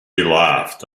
laughed